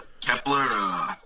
Kepler